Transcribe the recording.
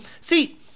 see